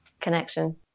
connection